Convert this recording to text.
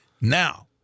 Now